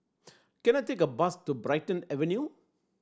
can I take a bus to Brighton Avenue